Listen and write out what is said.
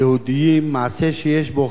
מעשה שיש בו חילול המקום.